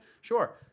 Sure